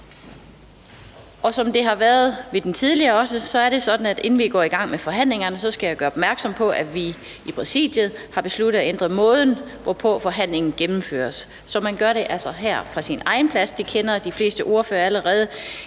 Som det også var tilfældet ved de forrige punkt, er det sådan, at jeg, inden vi går i gang med forhandlingerne, skal gøre opmærksom på, at vi i Præsidiet har besluttet at ændre måden, hvorpå forhandlingen gennemføres. Så man taler altså fra sin egen plads. Det kender de fleste ordførere allerede.